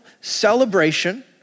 celebration